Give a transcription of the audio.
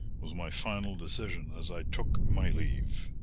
was my final decision as i took my leave.